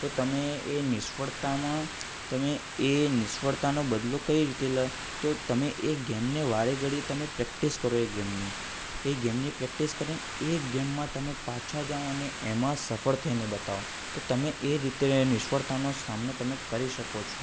તો તમે એ નિષ્ફળતામાં તમે એ નિષ્ફળતાનો બદલો કઈ રીતે લ તો તમે એ ગેમને વારે ઘડીએ તમે પ્રેક્ટિસ કરો એ ગેમની એ ગેમની પ્રેક્ટિસ કરી એ ગેમમાં તમે પાછા જાઓ અને એમાં સફળ થઈને બતાવો તો તમે એ રીતે એ નિષ્ફળતાનો સામનો તમે કરી શકો છો